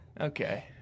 Okay